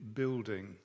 building